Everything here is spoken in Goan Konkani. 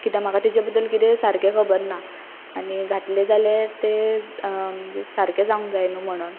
कित्याक म्हाका तेचे बद्दल कितें सारकें खबर ना आनी घातलें जाल्यार तें म्हणजे सारकें जावंक जाय न्हू म्हणून